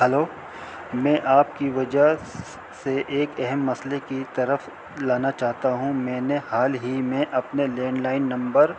hello میں آپ کی وجہ سے ایک اہم مسئلے کی طرف لانا چاہتا ہوں میں نے حال ہی میں اپنے لینڈ لائن نمبر